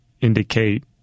indicate